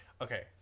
Okay